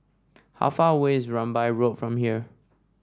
how far away is Rambai Road from here